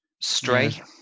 Stray